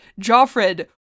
joffred